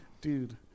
Dude